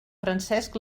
francesc